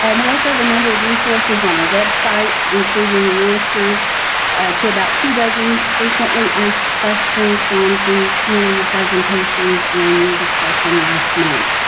and we also have a number of resources on our website, including the answers to about two dozen frequently asked questions drawn from community presentations and your discussion last month,